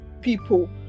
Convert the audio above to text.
people